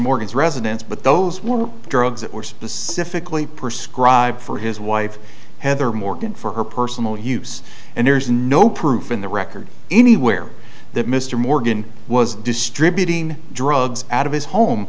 morgan's residence but those were drugs that were specifically perscribe for his wife heather morgan for her personal use and there is no proof in the record anywhere that mr morgan was distributing drugs out of his home